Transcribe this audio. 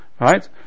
right